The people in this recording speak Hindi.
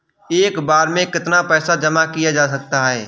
एक बार में कितना पैसा जमा किया जा सकता है?